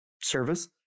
service